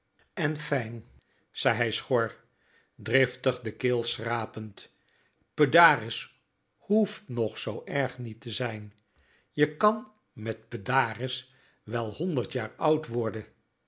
kostjuffrouw enfijn zei hij schor driftig de keel schrapend pedaris héft nog zoo erg niet te zijn je kan met pedaris wel honderd jaar oud worden